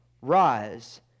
Rise